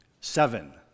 Seven